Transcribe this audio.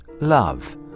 love